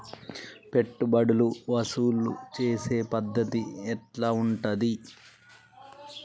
పెట్టుబడులు వసూలు చేసే పద్ధతి ఎట్లా ఉంటది?